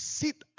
sit